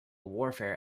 warfare